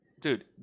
dude